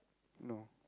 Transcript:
no